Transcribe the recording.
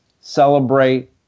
celebrate